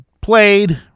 played